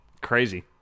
crazy